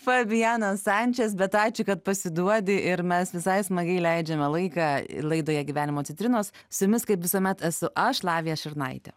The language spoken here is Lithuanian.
fabianą sančes bet ačiū kad pasiduodi ir mes visai smagiai leidžiame laiką laidoje gyvenimo citrinos su jumis kaip visuomet esu aš lavija šurnaitė